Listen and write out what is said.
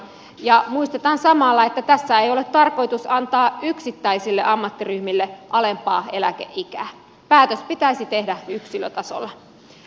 ja muistetaan samalla että tässä ei ole tarkoitus antaa yksittäisille ammattiryhmille alempaa eläkeikää päätös pitäisi tehdä yksilötasolla